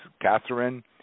Catherine